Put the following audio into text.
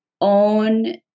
own